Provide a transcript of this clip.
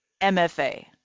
MFA